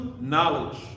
knowledge